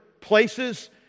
places